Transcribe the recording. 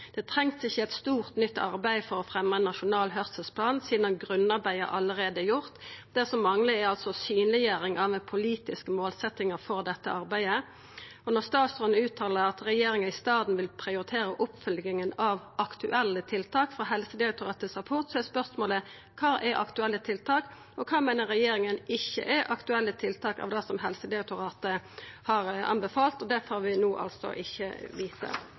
Det trengst ikkje eit stort, nytt arbeid for å fremja ein nasjonal høyrselsplan, sidan grunnarbeidet allereie er gjort. Det som manglar, er ei synleggjering av den politiske målsetjinga for dette arbeidet. Når statsråden uttaler at regjeringa i staden vil prioritera oppfølginga av aktuelle tiltak frå Helsedirektoratets rapport, er spørsmålet: Kva er aktuelle tiltak, og kva meiner regjeringa ikkje er aktuelle tiltak av det som Helsedirektoratet har anbefalt? Det får vi no altså ikkje